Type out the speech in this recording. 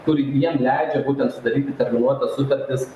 kur jie leidžia būtent sudaryti terminuotas sutartis